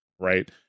right